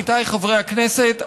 עמיתיי חברי הכנסת,